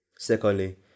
Secondly